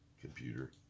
Computer